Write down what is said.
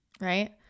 Right